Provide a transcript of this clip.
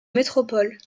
métropole